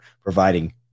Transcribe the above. providing